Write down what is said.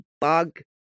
bug